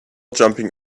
jumping